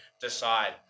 decide